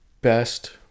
best